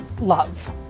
love